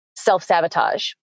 self-sabotage